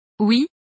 Oui